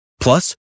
Plus